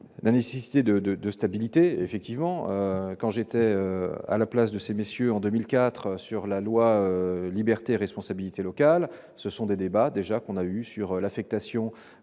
la nécessité de, de, de stabilité, effectivement, quand j'étais à la place de ces messieurs, en 2004 sur la loi, liberté, responsabilité locale, ce sont des débats déjà qu'on a eues sur l'affectation